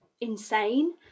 insane